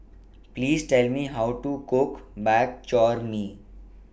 Please Tell Me How to Cook Bak Chor Mee